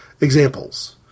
Examples